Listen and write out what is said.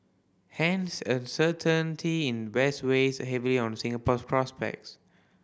hence uncertainty in West weighs heavily on Singapore's prospects